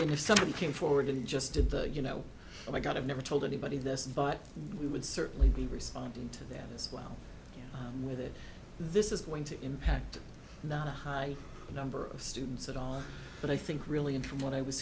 if somebody came forward and just did the you know i got i've never told anybody this but we would certainly be responding to them as well with it this is going to impact not a high number of students at all but i think really interim what i was